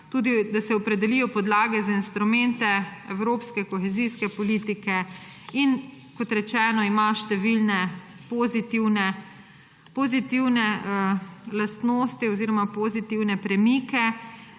Tudi, da se opredelijo podlage za instrumente evropske kohezijske politike, in kot rečeno, ima številne pozitivne lastnosti oziroma pozitivne premike.